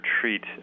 treat